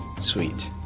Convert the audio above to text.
Sweet